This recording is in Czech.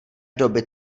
doby